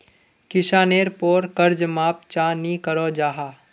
किसानेर पोर कर्ज माप चाँ नी करो जाहा?